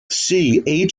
see